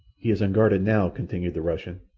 he is unguarded now, continued the russian.